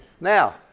now